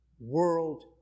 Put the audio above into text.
world